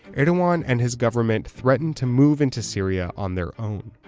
erdogan and his government threatened to move into syria on their own.